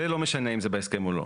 זה לא משנה אם זה בהסכם או לא.